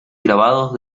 grabados